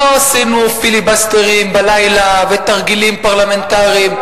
לא עשינו פיליבסטרים בלילה ותרגילים פרלמנטריים.